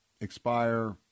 expire